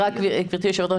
גבירתי היו"ר,